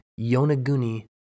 Yonaguni